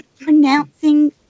pronouncing